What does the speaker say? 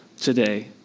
today